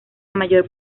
mayor